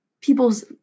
people's